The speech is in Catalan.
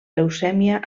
leucèmia